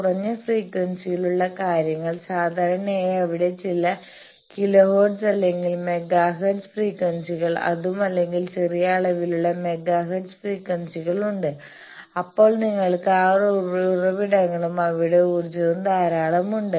കുറഞ്ഞ ഫ്രീക്വൻസി യിലുള്ള കാര്യങ്ങൾ സാധാരണയായി അവിടെ ചില കിലോഹെർട്സ് അല്ലെങ്കിൽ മെഗാഹെർട്സ് ഫ്രീക്വൻസികൾ അതും അല്ലെങ്കിൽ ചെറിയ അളവിലുള്ള മെഗാഹെർട്സ് ഫ്രീക്വൻസികൾ ഉണ്ട് അപ്പോൾ നിങ്ങൾക്ക് ആ ഉറവിടങ്ങളും അവയുടെ ഊർജ്ജവും ധാരാളം ഉണ്ട്